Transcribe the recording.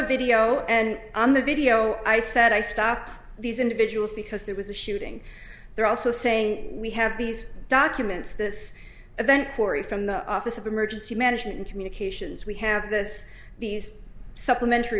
video and on the video i said i stopped these individuals because there was a shooting they're also saying we have these documents this event corey from the office of emergency management and communications we have this these supplementary